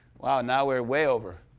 wow, now we're way over.